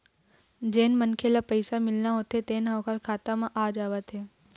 जेन मनखे ल पइसा मिलना होथे तेन ह ओखर खाता म आ जावत हे